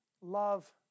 love